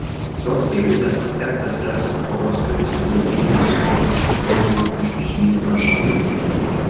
šios eilutės kontekstas yra sinagogos vyresniųjų pyktis ir priekaištai jėzui už išgydymą šabo dieną